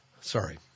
sorry